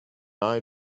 eye